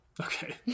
Okay